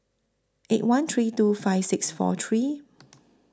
eight one three two five six four three